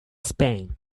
spain